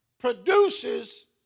produces